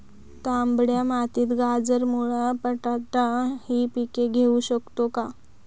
तांबड्या मातीत गाजर, मुळा, बटाटा हि पिके घेऊ शकतो का?